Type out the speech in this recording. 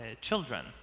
children